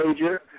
major